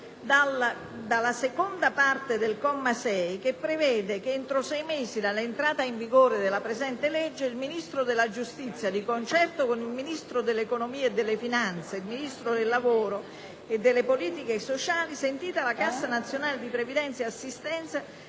dalla seconda parte del comma 6, che prevede che «Entro sei mesi dall'entrata in vigore della presente legge, il Ministro della giustizia di concerto con il Ministro dell'economia e delle finanze ed il Ministro del lavoro e delle politiche sociali, sentita la Cassa nazionale di previdenza ed assistenza